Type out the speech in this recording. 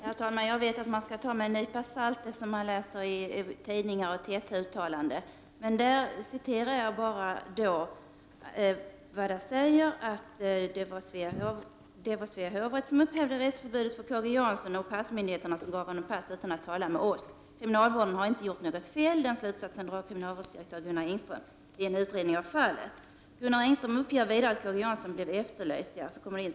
Herr talman! Jag känner till att man skall ta med en nypa salt det man får veta genom tidningar och TT-uttalanden. Men jag läser att Gunnar Engström säger att det var Svea hovrätt som upphävde reseförbudet för K G Jansson och passmyndigheterna som gav honom pass utan att tala med kriminalvårdsstyrelsen. Kriminalvården skall alltså inte ha gjort något fel enligt en snabbutredning av fallet. Gunnar Engström uppger vidare att K G Jans son inte blev efterlyst.